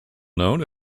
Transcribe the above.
known